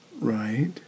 Right